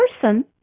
person